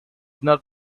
not